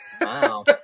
Wow